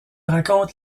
raconte